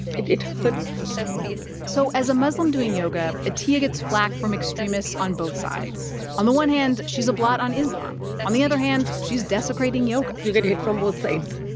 it it hurts so as a muslim doing yoga, atiya gets flak from extremists on both sides. on the one hand, she's a blot on islam. on the other hand, she's desecrating yoga you get hit from both sides